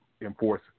enforce